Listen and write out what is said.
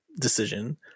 decision